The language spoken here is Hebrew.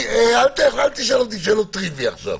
אל תשאל אותי שאלות טריוויה עכשיו.